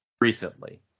recently